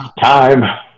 time